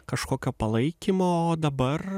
kažkokio palaikymo o dabar